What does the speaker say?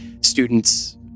students